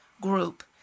Group